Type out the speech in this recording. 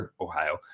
Ohio